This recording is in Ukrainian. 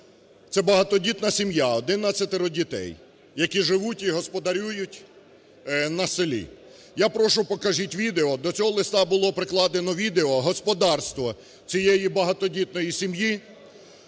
Це багатодітна сім'я, 11 дітей, які живуть і господарюють на селі. Я прошу, покажіть відео. До цього листа було прикладено відео. Господарство цієї багатодітної сім'ї: